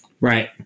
Right